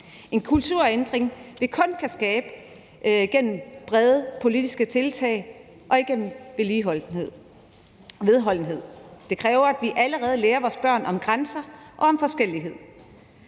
kulturændring, som vi kun kan skabe gennem brede politiske tiltag og vedholdenhed. Det kræver, at vi allerede lærer vores børn om grænser og om forskellighed.